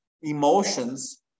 emotions